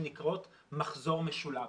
שנקראות מחזור משולב,